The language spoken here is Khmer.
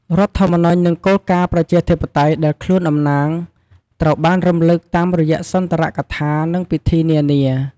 រដ្ឋធម្មនុញ្ញ និងគោលការណ៍ប្រជាធិបតេយ្យដែលខ្លួនតំណាងត្រូវបានរំលឹកតាមរយៈសុន្ទរកថា និងពិធីនានា។